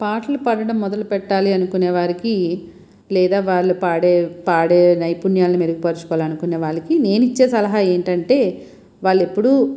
పాటలు పాడడం మొదలు పెట్టాలి అనుకునే వారికి లేదా వాళ్ళు పాడే పాడే నైపుణ్యాన్ని మెరుగు పరచుకోవాలి అనుకునే వారికి నేని ఇచ్చే సలహా ఏంటి అంటే వాళ్ళు ఎప్పుడూ